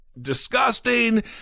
disgusting